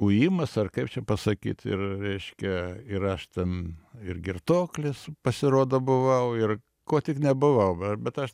ujimas ar kaip čia pasakyt ir reiškia ir aš ten ir girtuoklis pasirodo buvau ir kuo tik nebuvau bet aš